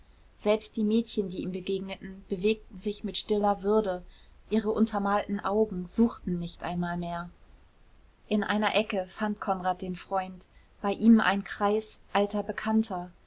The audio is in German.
selbst die mädchen die ihm begegneten bewegten sich mit stiller würde ihre untermalten augen suchten nicht einmal mehr in einer ecke fand konrad den freund bei ihm einen kreis alter bekannter